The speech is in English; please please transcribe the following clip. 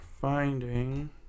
finding